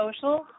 Social